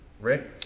Rick